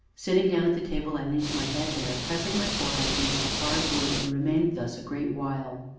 sitting down at the table, i leaned my head there, pressing my forehead against the hard wood, and remained thus a great while.